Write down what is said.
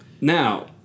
Now